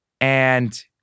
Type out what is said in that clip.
And-